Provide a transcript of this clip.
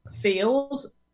feels